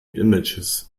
images